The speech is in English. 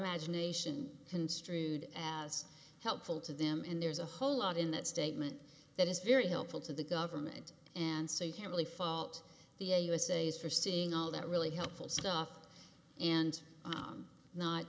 imagination construed as helpful to them and there's a whole lot in that statement that is very helpful to the government and so you can't really fault the usa is for seeing all that really helpful stuff and